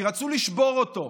כי רצו לשבור אותו.